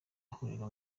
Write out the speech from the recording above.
ihuriro